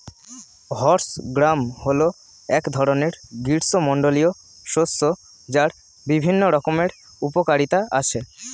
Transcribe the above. horse gram হল এক ধরনের গ্রীষ্মমণ্ডলীয় শস্য যার বিভিন্ন রকমের উপকারিতা আছে